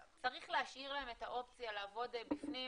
צריך להשאיר להם את האופציה לעבוד בפנים,